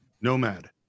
Nomad